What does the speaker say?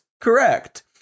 correct